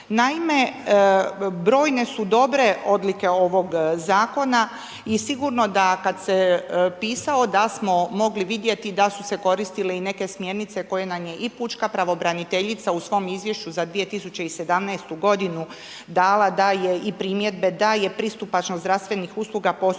Naime, brojne su dobre odlike ovog zakona i sigurno da kad se pisao da smo mogli vidjeti da su se koristile i neke smjernice koje nam je i pučka pravobraniteljica u svom izvješću za 2017. g. dala daje i primjedbe da je pristupačnost zdravstvenih usluga posebno